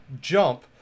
jump